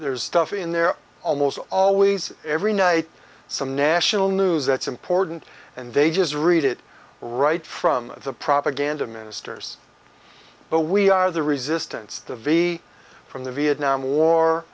there's stuff in there almost always every night some national news that's important and they just read it right from the propaganda ministers but we are the resistance the v from the vietnam